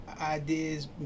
ideas